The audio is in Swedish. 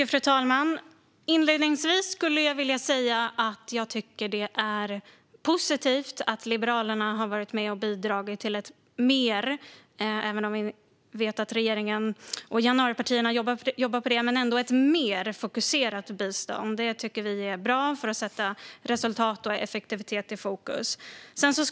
Fru talman! Det är positivt att Liberalerna, som ett av januaripartierna, i sitt arbete med regeringen bidrar till att Sverige får ett mer fokuserat bistånd. Det är bra för att sätta resultat och effektivitet i fokus.